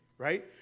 Right